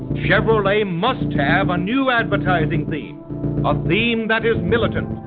chevrolet must have a new advertising theme a theme that is militant,